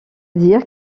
dire